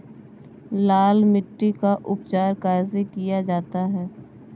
लाल मिट्टी का उपचार कैसे किया जाता है?